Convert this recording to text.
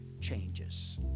changes